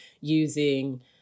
using